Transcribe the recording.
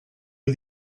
but